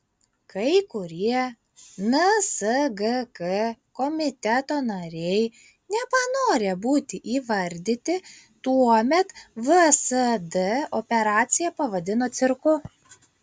kai kurie nsgk komiteto nariai nepanorę būti įvardyti tuomet vsd operaciją pavadino cirku